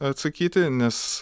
atsakyti nes